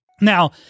Now